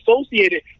associated